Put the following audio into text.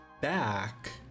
back